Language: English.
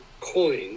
coin